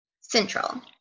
Central